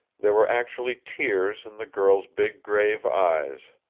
there were actually tears in the girl's big grave eyes.